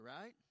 Right